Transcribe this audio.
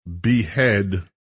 behead